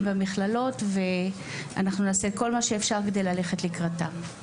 במכללות ואנחנו נעשה כל מה שאפשר כדי ללכת לקראתם.